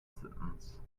sentence